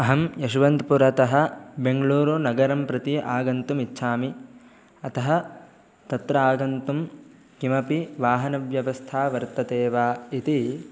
अहं यशवन्त्पुरतः बेङ्गलूरुनगरं प्रति आगन्तुम् इच्छामि अतः तत्र आगन्तुं किमपि वाहनव्यवस्था वर्तते वा इति